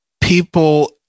people